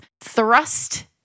thrust